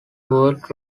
word